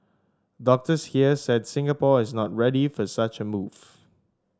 doctors here said Singapore is not ready for such a move